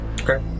Okay